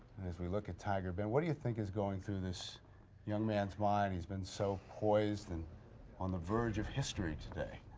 and as we look at tiger ben, what do you think is going through this young man's why and he's been so poised and on the verge of history today.